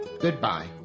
Goodbye